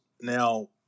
now